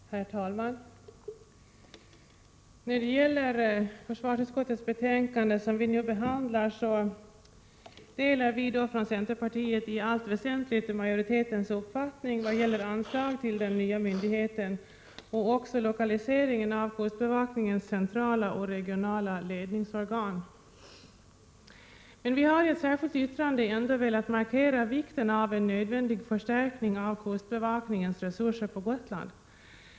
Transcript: Herr talman! När det gäller försvarsutskottets betänkande 10 som nu behandlas, delar vi från centerpartiet i allt väsentligt majoritetens uppfattning vad gäller anslag till den nya myndigheten och också beträffande lokaliseringen av kustbevakningens centrala och regionala ledningsorgan. Men vi har i ett särskilt yttrande ändå velat markera vikten av en förstärkning av kustbevakningens resurser på Gotland, som vi anser nödvändig.